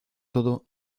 todo